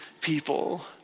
people